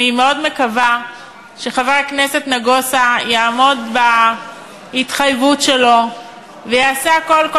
אני מאוד מקווה שחבר הכנסת נגוסה יעמוד בהתחייבות שלו ויעשה הכול,